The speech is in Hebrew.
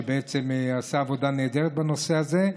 שעשה עבודה נהדרת בנושא הזה.